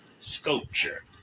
sculpture